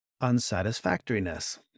Unsatisfactoriness